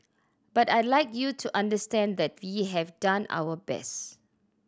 but I'd like you to understand that we have done our best